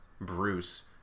Bruce